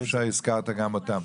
טוב שהזכרת גם אותם.